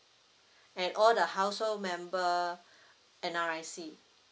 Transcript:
and all the household member N_R_I_C